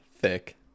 Thick